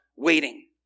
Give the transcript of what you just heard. Waiting